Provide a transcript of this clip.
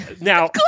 now